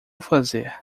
fazer